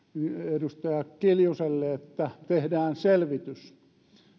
edustaja kiljuselle että tehdään selvitys